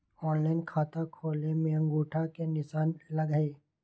Online खाता खोले में अंगूठा के निशान लगहई?